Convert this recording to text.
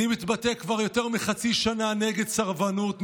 אני מתבטא כבר יותר מחצי שנה נגד סרבנות,